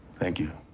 thank you.